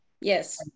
Yes